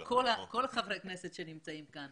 שכל חברי הכנסת שנמצאים כאן